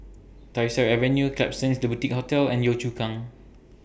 Tyersall Avenue Klapsons The Boutique Hotel and Yio Chu Kang